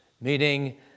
meaning